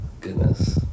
goodness